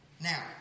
Now